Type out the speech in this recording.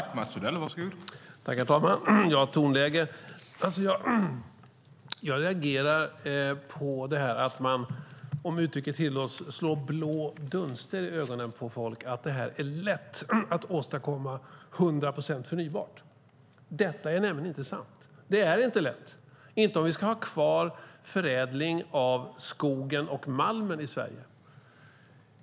Herr talman! Beträffande tonläget reagerar jag på att man, om uttrycket tillåts, slår blå dunster i ögonen på folk om att det är lätt att åstadkomma 100 procent förnybar energi. Detta är nämligen inte sant. Det är inte lätt om vi ska ha kvar förädling av skogen och malmen i Sverige.